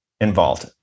involved